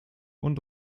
und